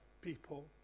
people